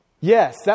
Yes